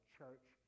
church